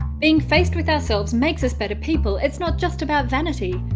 being faced with ourselves makes us better people it's not just about vanity.